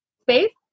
space